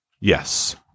Yes